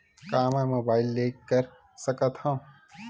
का मै मोबाइल ले कर सकत हव?